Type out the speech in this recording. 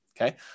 okay